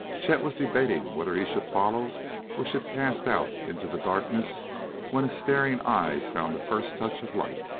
chet was debating whether he should follow or should cast out into the darkness when his staring eyes found the first touch of light.